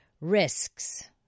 risks